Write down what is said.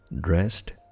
dressed